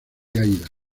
aída